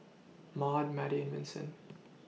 Maude Mattie and Vinson